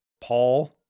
Paul